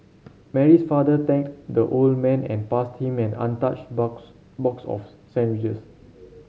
Mary's father thanked the old man and passed him an untouched box box of sandwiches